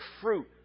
fruit